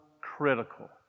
critical